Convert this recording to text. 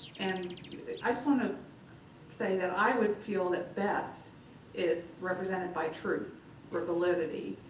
and i just want to say that i would feel that best is represented by truth or validity,